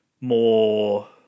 more